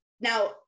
Now